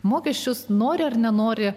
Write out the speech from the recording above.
mokesčius nori ar nenori